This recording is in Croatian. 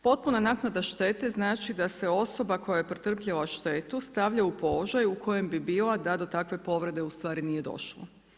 Potpuna naknada štete znači da se osoba koja je pretrpila štetu stavlja u položaj u kojem bi bila da do takve povrede ustvari nije došlo.